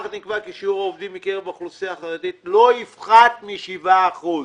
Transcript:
נקבע כי שיעור העובדים מקרב האוכלוסייה החרדית לא יפחת מ-7 אחוזים.